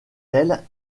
elle